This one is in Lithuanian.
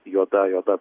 juoda juoda